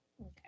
Okay